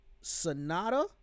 Sonata